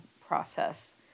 process